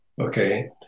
okay